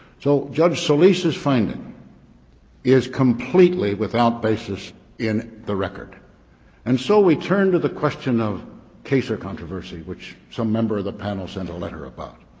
so judge solis's finding is completely without basis in the record and so we turn to the question of case or controversy which some member of the panel sent a letter about.